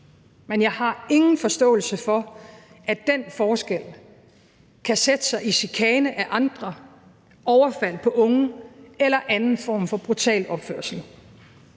Men jeg har ingen forståelse for, at den forskel kan sætte sig i chikane af andre, overfald på unge eller anden form for brutal opførsel.